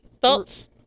Thoughts